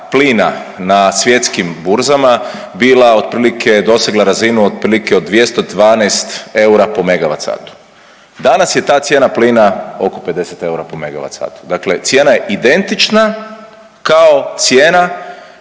na svjetskim burzama bila otprilike, dosegla razinu otprilike od 212 eura po MWh, danas je ta cijena plina oko 50 eura po MWh, dakle cijena je identična kao cijena